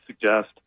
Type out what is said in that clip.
suggest